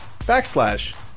backslash